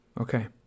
Okay